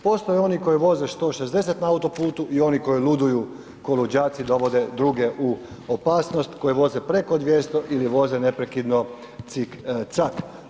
Postoje oni koji voze 160 na autoputu i oni koji luduju kao luđaci, dovode druge u opasnost, koji voze preko 200 ili voze neprekidno cik-cak.